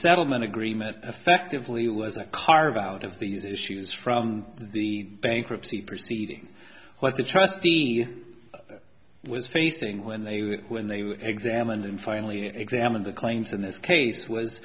settlement agreement effectively was a carve out of these issues from the bankruptcy proceeding what the trustee was facing when they when they were examined and finally examined the claims in this case was